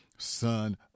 Son